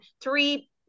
three